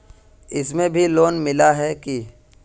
इसमें भी लोन मिला है की